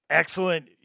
Excellent